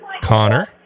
Connor